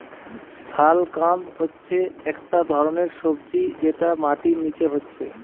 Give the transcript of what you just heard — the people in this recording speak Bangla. শালগাম হচ্ছে একটা ধরণের সবজি যেটা মাটির নিচে হচ্ছে